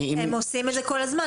הם עושים את זה כל הזמן.